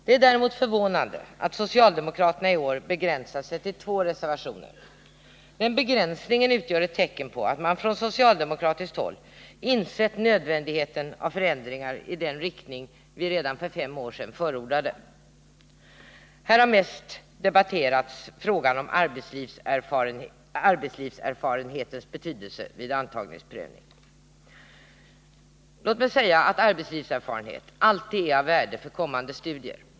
Det är däremot förvånande att socialdemokraterna i år begränsat sig till två reservationer. Den begränsningen utgör ett tecken på att man från socialdemokratiskt håll insett nödvändigheten av förändringar i den riktning vi redan för fem år sedan förordade. Här har mest debatterats frågan om arbetslivserfarenhetens tyngd vid antagningsprövning. Låt mig säga att arbetslivserfarenhet alltid är av värde för kommande studier.